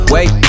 Wait